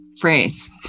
phrase